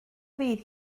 fydd